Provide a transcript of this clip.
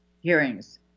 hearings